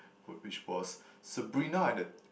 whi~ which was Sabrina and the